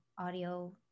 audio